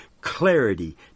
clarity